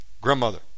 Grandmother